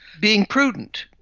being prudent.